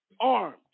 armed